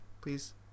please